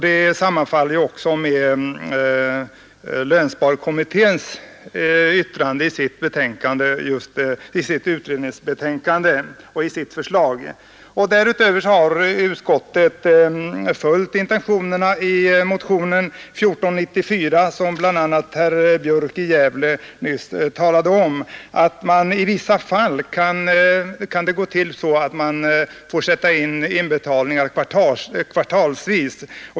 Det sammanfaller med vad lönsparkommittén föreslagit i sitt betänkande. Därutöver har utskottet följt intentionerna i motionen 1494, som bl.a. herr Björk i Gävle nyss talade om och som innebär att man i vissa fall får göra insättningar kvartalsvis.